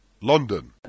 London